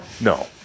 No